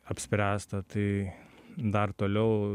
apspręsta tai dar toliau